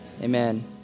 Amen